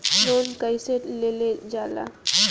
Loan कईसे लेल जाला?